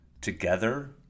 together